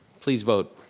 please vote.